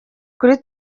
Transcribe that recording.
kuri